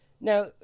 Now